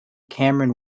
cameron